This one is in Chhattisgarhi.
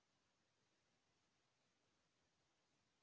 का सोयाबीन फसल के बीमा होथे?